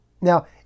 Now